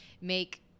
make